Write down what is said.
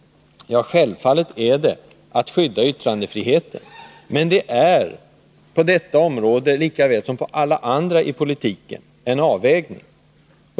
Självfallet är det att skydda yttrandefriheten. Men det är — på detta område lika väl som på alla andra i politiken — fråga om en avvägning.